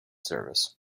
service